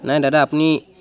নাই দাদা আপুনি